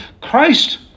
Christ